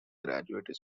graduate